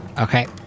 Okay